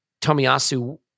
Tomiyasu